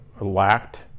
lacked